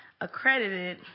accredited